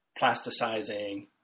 plasticizing